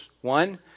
one